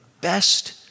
best